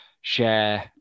share